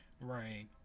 Right